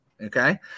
Okay